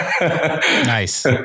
Nice